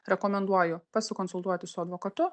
rekomenduoju pasikonsultuoti su advokatu